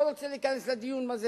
לא רוצה להיכנס לדיון הזה.